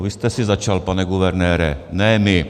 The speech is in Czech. Vy jste si začal, pane guvernére, ne my.